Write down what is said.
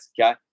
okay